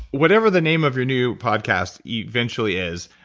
whatever the name of your new podcast eventually is,